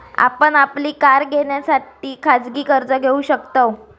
आपण आपली कार घेण्यासाठी खाजगी कर्ज घेऊ शकताव